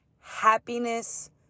happiness